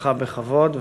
בך כבוד,